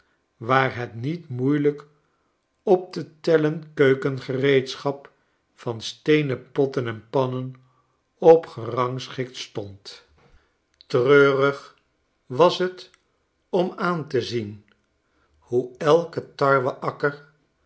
waar het niet moeielijk op te tellen keukengereedschap van steenen potten en pannen op gerangschikt stond treurig was torn aan te zien hoe elke